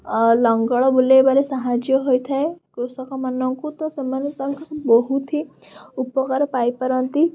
ଲଙ୍ଗଳ ବୁଲେଇବାରେ ସାହାଯ୍ୟ ହୋଇଥାଏ କୃଷକମାନଙ୍କୁ ତ ସେମାନେ ତାଙ୍କର ବହୁତ ହି ଉପକାର ପାଇପାରନ୍ତି